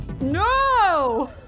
No